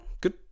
Good